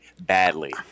badly